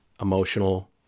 emotional